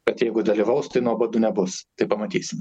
kad jeigu dalyvaus tai nuobodu nebus tai pamatysim